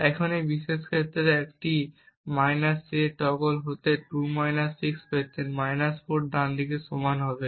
এখন এই বিশেষ ক্ষেত্রে তিনি একটি - a হতে 2 - 6 পেতেন 4 ডানদিকে সমান হবে